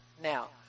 Now